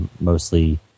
mostly